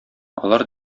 алар